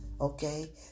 okay